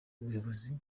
ubuyobozi